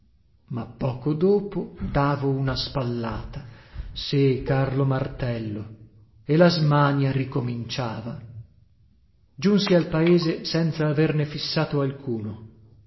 ma poco dopo davo una spallata sì carlo martello e la smania ricominciava giunsi al paese senza averne fissato alcuno